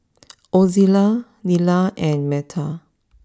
Ozella Nila and Meta